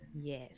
Yes